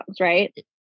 right